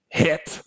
hit